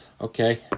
Okay